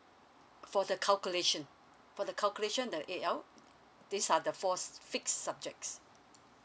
for the calculation for the calculation the A_L these are the four fixed subjects